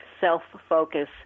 self-focus